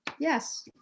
Yes